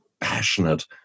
passionate